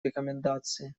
рекомендации